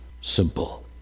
simple